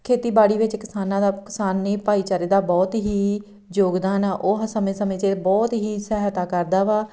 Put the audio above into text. ਖੇਤੀਬਾੜੀ ਵਿੱਚ ਕਿਸਾਨਾਂ ਦਾ ਕਿਸਾਨੀ ਭਾਈਚਾਰੇ ਦਾ ਬਹੁਤ ਹੀ ਯੋਗਦਾਨ ਆ ਉਹ ਸਮੇਂ ਸਮੇਂ ਸਿਰ ਬਹੁਤ ਹੀ ਸਹਾਇਤਾ ਕਰਦਾ ਵਾ